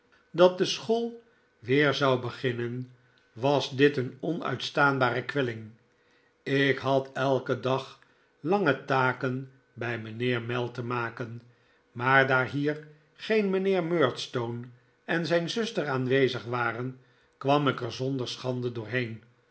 dat de school weer zou beginnen was dit een onuitstaanbare kwelling ik had elken dag lange taken bij mijnheer mell te maken maar daar hier geen mijnheer murdstone en zijn zuster aanwezig waren kwam ik er zonder schande doorheen